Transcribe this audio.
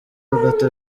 agata